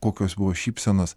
kokios buvo šypsenos